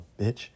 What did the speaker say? bitch